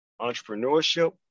entrepreneurship